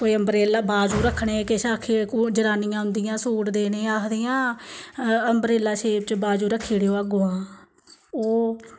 कोई अम्बरेला बाजू रक्खने किश आखियै कोई जनानियां आंदियां सूट देने गी आखदियां अम्बरेला शेप च बाजू रक्खी ओड़ेओ अग्गुआं ओह्